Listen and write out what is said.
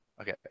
okay